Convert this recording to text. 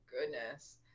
goodness